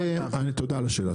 תודה על השאלה.